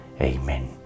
Amen